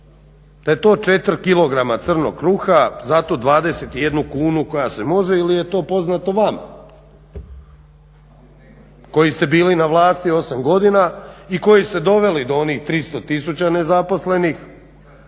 da je to 4 kg crnog kruha za tu 21 kunu koja se može ili je to poznato vama koji ste bili na vlasti 8 godina i koji ste doveli do onih 300000 nezaposlenih.